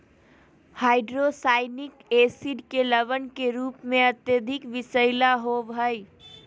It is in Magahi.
हाइड्रोसायनिक एसिड के लवण के रूप में अत्यधिक विषैला होव हई